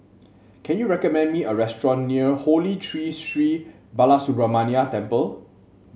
can you recommend me a restaurant near Holy Tree Sri Balasubramaniar Temple